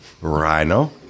Rhino